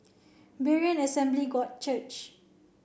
Berean Assembly God Church